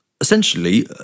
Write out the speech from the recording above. essentially